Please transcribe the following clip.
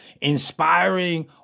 Inspiring